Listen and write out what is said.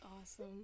awesome